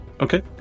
Okay